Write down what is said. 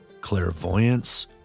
clairvoyance